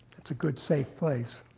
it's a good, safe place.